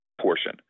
portion